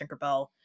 Tinkerbell